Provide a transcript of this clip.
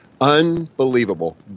Unbelievable